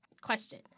Question